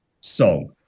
song